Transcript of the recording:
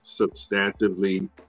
substantively